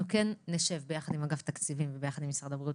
אנחנו כן נשב ביחד עם אגף תקציבים וביחד עם משרד הבריאות,